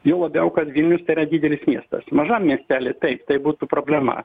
juo labiau kad vilnius tai yra didelis miestas mažam miestely taip tai būtų problema